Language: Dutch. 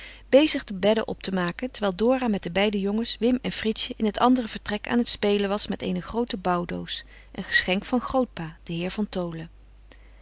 bezig de bedden op te maken terwijl dora met de beide jongens wim en fritsje in het andere vertrek aan het spelen was met eene groote bouwdoos een geschenk van grootpa den heer van tholen